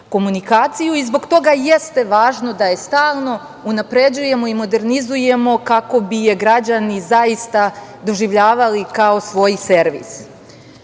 komunikaciju i zbog toga jeste važno da je stalno unapređujemo i modernizujemo kako bi je građani zaista doživljavali kao svoj